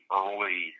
early